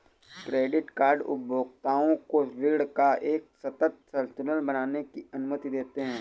credit card उपभोक्ताओं को ऋण का एक सतत संतुलन बनाने की अनुमति देते हैं